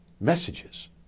messages